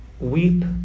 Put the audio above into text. weep